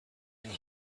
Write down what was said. and